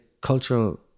cultural